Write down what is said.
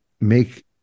make